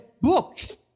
books